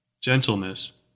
gentleness